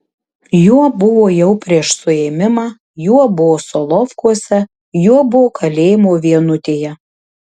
juo buvo jau prieš suėmimą juo buvo solovkuose juo buvo kalėjimo vienutėje